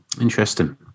interesting